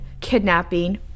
kidnapping